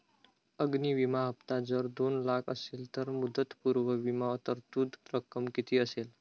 अग्नि विमा हफ्ता जर दोन लाख असेल तर मुदतपूर्व विमा तरतूद रक्कम किती असेल?